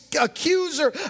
accuser